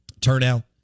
turnout